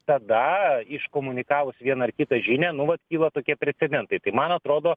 tada iškomunikavus vieną ar kitą žinią nu vat kyla tokie precedentai tai man atrodo